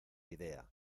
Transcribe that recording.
idea